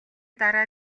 дараа